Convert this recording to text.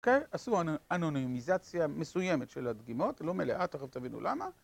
אוקיי? עשו אנונימיזציה מסוימת של הדגימות, לא מלאה, תכף תבינו למה.